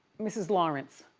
mrs. lawrence.